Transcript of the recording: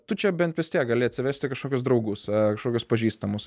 tu čia bent vis tiek gali atsivesti kažkokius draugus ar kažkokius pažįstamus